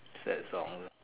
sad songs ah